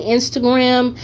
Instagram